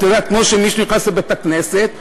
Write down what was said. את יודעת, כמו שמישהו נכנס לבית-הכנסת ושומע: